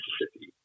Mississippi